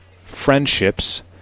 friendships